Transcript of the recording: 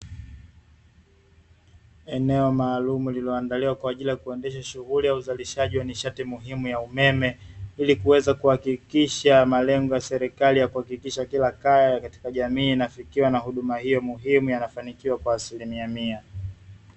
Eneo maalumu lililoandaliwa kwa ajili ya kuendesha shughuli ya uzalishaji wa nishati muhimu ya umeme, ili kuweza kuhakikisha malengo ya serikali ya kuhakikisha kila kaya katika jamii, inafikiwa na huduma hiyo muhimu yanafanikiwa kwa asilimia mia.